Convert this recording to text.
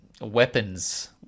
weapons